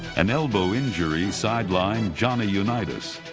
an elbow injury sidelined johnny unitas.